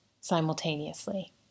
simultaneously